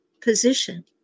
position